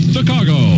Chicago